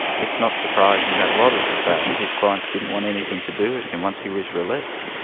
it's not surprising that a lot of his clients didn't want anything to do with him once he was released.